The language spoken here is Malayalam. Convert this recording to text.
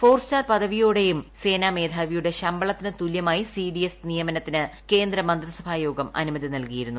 ഫോർ സ്റ്റാർ പദവിയോടെയും സേനാമേധാവിയുടെ ശമ്പളത്തിനു തുല്യമായി സിഡിഎസ് നിയമനത്തിന് കേന്ദ്രമന്ത്രിസഭാ യോഗം അനുമതി നൽകിയിരുന്നു